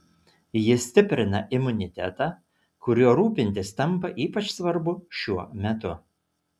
ji stiprina imunitetą kuriuo rūpintis tampa ypač svarbu šiuo metu